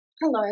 Hello